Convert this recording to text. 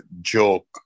joke